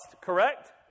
correct